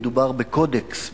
מדובר בקודקס,